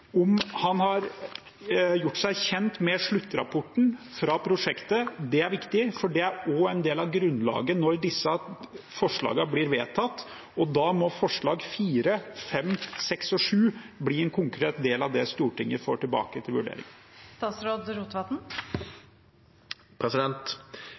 om han har gjort seg kjent med sluttrapporten fra prosjektet. Det er viktig, for det er også en del av grunnlaget når disse forslagene blir vedtatt, og da må forslagene nr. 4, 5, 6 og 7 bli en konkret del av det Stortinget får tilbake til vurdering.